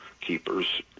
keepers